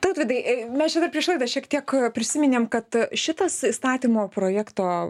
tautvydai mes čia dar prieš tai dar šiek tiek prisiminėm kad šitas įstatymo projekto